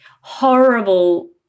horrible